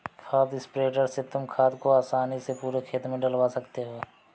खाद स्प्रेडर से तुम खाद को आसानी से पूरे खेत में डलवा सकते हो